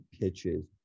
pitches